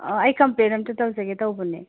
ꯑꯩ ꯀꯝꯄ꯭ꯂꯦꯟ ꯑꯃꯇ ꯇꯧꯖꯒꯦ ꯇꯧꯕꯅꯦ